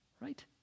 right